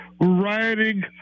rioting